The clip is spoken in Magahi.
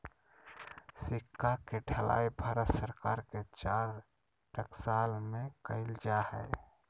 सिक्का के ढलाई भारत सरकार के चार टकसाल में कइल जा हइ